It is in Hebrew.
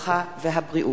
הרווחה והבריאות.